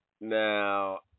Now